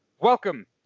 Welcome